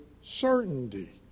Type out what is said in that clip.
certainty